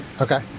okay